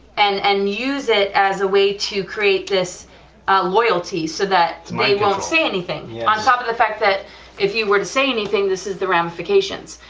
and and use it as a way to create this loyalty, so that they won't say anything, on top of the fact that if you were to say anything, this is the ramifications,